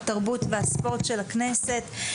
התרבות והספורט של הכנסת.